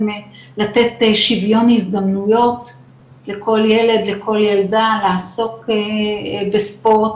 שוויון הזדמנויות לכל ילד לכל ילדה לעסוק בספורט